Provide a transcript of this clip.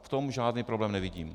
V tom žádný problém nevidím.